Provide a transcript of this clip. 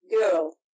girl